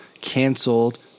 canceled